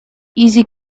easy